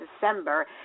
December